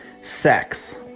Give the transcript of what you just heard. Sex